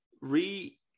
re